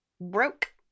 Broke